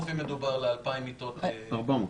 מדובר במספרים שאנחנו יכולים לקלוט בחודשים הקרובים,